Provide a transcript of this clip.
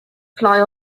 fly